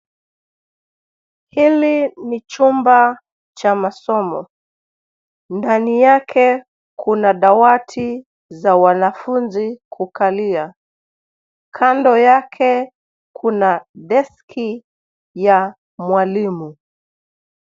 Hili ni chumba cha masomo. Ndani yake kuna dawati za wanafuzi kukalia. Kando yake kuna deski ya mwalimu.